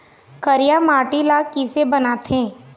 करिया माटी ला किसे बनाथे?